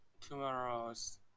tomorrow's